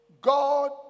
God